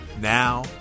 Now